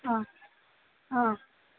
ಹಾಂ ಹಾಂ